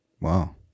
Wow